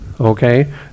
okay